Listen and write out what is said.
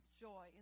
joy